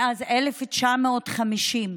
מאז 1950,